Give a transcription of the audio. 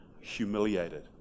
humiliated